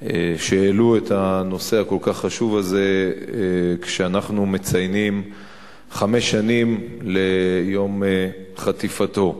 שהעלו את הנושא הכל-כך חשוב הזה כשאנחנו מציינים חמש שנים ליום חטיפתו.